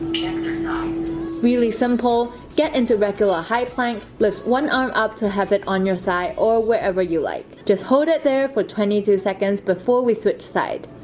really simple get into regular high plank lift one arm up to have it on your thigh or whatever you like just hold it there for twenty two seconds before we switch side.